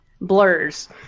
blurs